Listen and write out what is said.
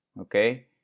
Okay